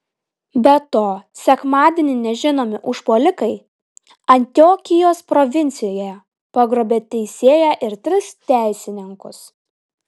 be to sekmadienį nežinomi užpuolikai antiokijos provincijoje pagrobė teisėją ir tris teisininkus